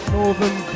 Northern